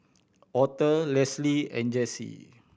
Aurthur Leslie and Jessi